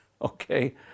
okay